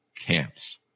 camps